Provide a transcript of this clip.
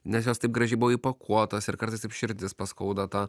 nes jos taip gražiai buvo įpakuotos ir kartais taip širdis paskauda tą